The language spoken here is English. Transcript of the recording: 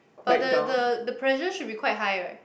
but the the the pressure should be quite high right